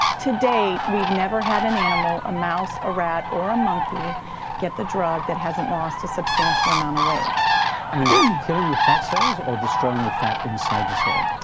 today we've never had an animal, a mouse, a rat or a monkey get the drug that hasn't lost a substantial amount of weight. and it's killing the fat cells or destroying the fat inside the cells?